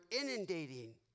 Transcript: inundating